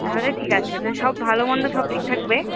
তাহলে ঠিক আছে তা সব ভালো মন্দ সব ঠিক থাকবে